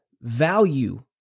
value